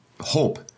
hope